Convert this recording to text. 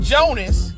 Jonas